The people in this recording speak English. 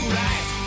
right